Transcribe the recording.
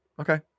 Okay